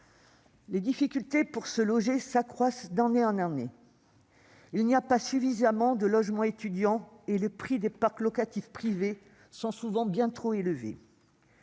La difficulté à se loger s'accroît d'année en année. Il n'y a pas suffisamment de logements étudiants et les prix du parc locatif privé sont souvent bien trop élevés.